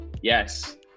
Yes